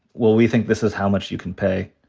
well, we think this is how much you can pay.